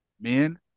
men